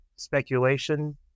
speculation